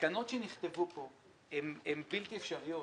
התקנות שנכתבו פה הן בלתי אפשריות.